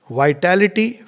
vitality